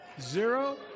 Zero